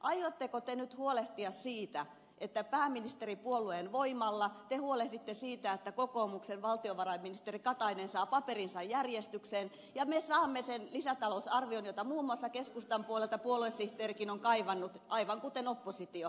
aiotteko te nyt huolehtia siitä että te pääministeripuolueen voimalla huolehditte siitä että kokoomuksen valtiovarainministeri katainen saa paperinsa järjestykseen ja me saamme sen lisätalousarvion jota muun muassa keskustan puolelta puoluesihteerikin on kaivannut aivan kuten oppositio